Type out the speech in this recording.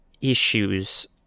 issues